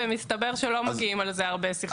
ומסתבר שלא מגיעים על זה הרבה סכסוכים.